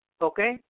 Okay